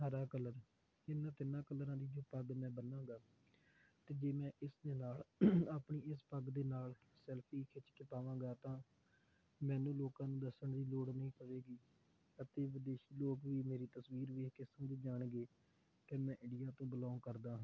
ਹਰਾ ਕਲਰ ਇਹਨਾਂ ਤਿੰਨਾਂ ਕਲਰਾਂ ਦੀ ਜੇ ਪੱਗ ਮੈਂ ਬੰਨਾਂਗਾ ਅਤੇ ਜੇ ਮੈਂ ਇਸ ਦੇ ਨਾਲ ਆਪਣੀ ਇਸ ਪੱਗ ਦੇ ਨਾਲ ਸੈਲਫੀ ਖਿੱਚ ਕੇ ਪਾਵਾਂਗਾ ਤਾਂ ਮੈਨੂੰ ਲੋਕਾਂ ਨੂੰ ਦੱਸਣ ਦੀ ਲੋੜ ਨਹੀਂ ਪਵੇਗੀ ਅਤੇ ਵਿਦੇਸ਼ੀ ਲੋਕ ਵੀ ਮੇਰੀ ਤਸਵੀਰ ਵੇਖ ਕੇ ਸਮਝ ਜਾਣਗੇ ਕਿ ਮੈਂ ਇੰਡੀਆ ਤੋਂ ਬਿਲੋਂਗ ਕਰਦਾ ਹਾਂ